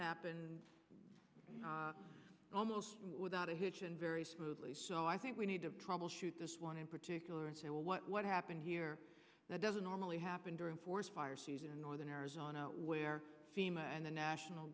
happened almost without a hitch and very smoothly so i think we need to troubleshoot this one in particular and say well what happened here that doesn't normally happen during forest fire season northern arizona where fema and the national